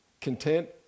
content